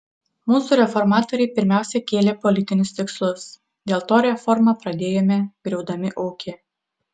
mūsų reformatoriai pirmiausia kėlė politinius tikslus dėl to reformą pradėjome griaudami ūkį